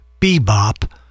bebop